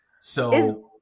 So-